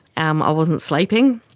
um i wasn't sleeping.